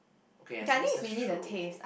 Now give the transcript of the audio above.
okay I suppose that's true